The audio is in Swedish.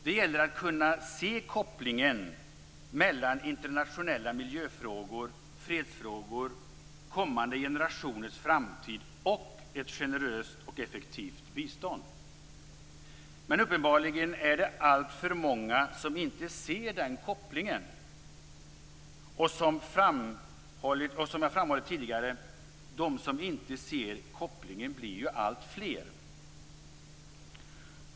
Det gäller att kunna se kopplingen mellan internationella miljöfrågor, fredsfrågor, kommande generationers framtid och ett generöst och effektivt bistånd. Uppenbarligen är det alltför många som inte ser den kopplingen. De som inte ser kopplingen blir, som jag framhållit tidigare, alltfler.